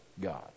God